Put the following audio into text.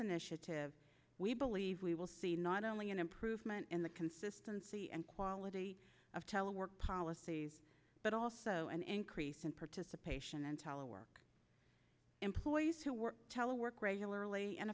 initiative we believe we will see not only an improvement in the consistency and quality of telework policies but also an increase in participation and tele work employees who work telework regularly and